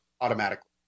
automatically